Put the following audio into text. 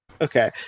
Okay